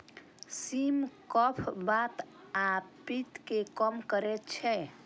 सिम कफ, बात आ पित्त कें कम करै छै